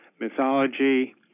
mythology